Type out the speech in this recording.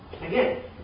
Again